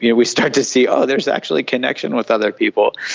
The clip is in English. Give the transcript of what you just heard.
yeah we start to see, oh, there's actually connection with other people.